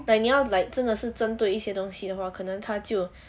like 你要 like 真的是针对一些东西的话可能她就